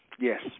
Yes